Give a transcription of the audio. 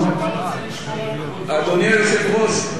ואתה רוצה לשמור על כבודו.